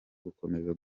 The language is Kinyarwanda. gukomeza